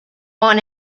want